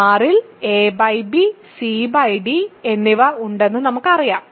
R ൽ ab cd എന്നിവ നമുക്കറിയാം